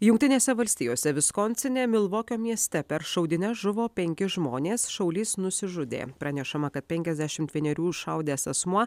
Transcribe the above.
jungtinėse valstijose viskoncine milvokio mieste per šaudynes žuvo penki žmonės šaulys nusižudė pranešama kad penkiasdešimt vienerių šaudęs asmuo